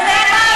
את שקרנית.